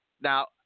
Now